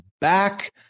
back